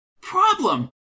Problem